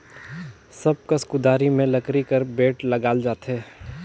सब कस कुदारी मे लकरी कर बेठ लगाल जाथे